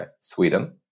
Sweden